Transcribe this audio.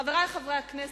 חברי חברי הכנסת,